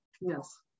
Yes